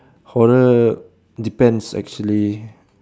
horror depends actually